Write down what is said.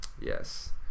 Yes